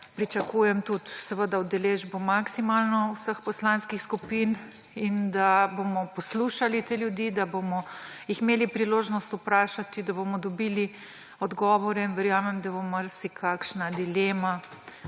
Pričakujem tudi udeležbo maksimalno vseh poslanskih skupin, da bomo poslušali te ljudi, jih bomo imeli priložnost vprašati, da bomo dobili odgovore. Verjamem, da bo marsikakšna dilema,